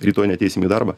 rytoj ateisim į darbą